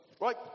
Right